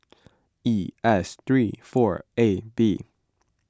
E S three four A B